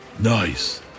Nice